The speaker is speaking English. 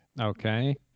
Okay